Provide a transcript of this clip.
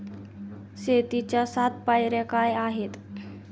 शेतीच्या सात पायऱ्या काय आहेत?